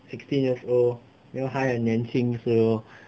sixteen years oldyou know 还很年轻的时候